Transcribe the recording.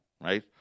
right